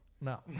No